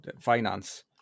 finance